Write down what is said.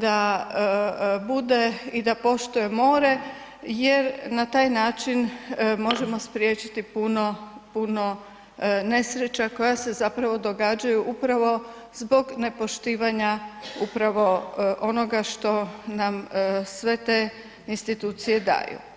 da bude i da poštuje more jer na taj način možemo spriječiti puno, puno nesreća koje se zapravo događaju upravo zbog nepoštivanja upravo onoga što nam sve te institucije daju.